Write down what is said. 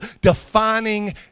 defining